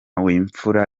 w’imfura